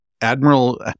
Admiral